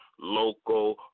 local